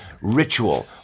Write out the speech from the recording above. Ritual